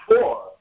four